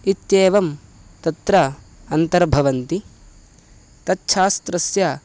इत्येवं तत्र अन्तर्भवन्ति तच्छास्त्रस्य